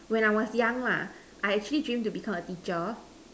when I was young lah I actually dream to become a teacher